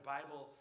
Bible